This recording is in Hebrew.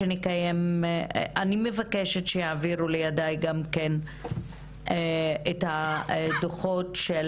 אני מבקשת שיעבירו לידיי גם את הדוחות של